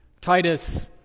Titus